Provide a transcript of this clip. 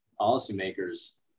Policymakers